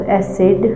acid